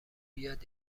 بیاد